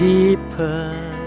Deeper